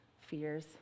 fears